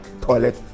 toilet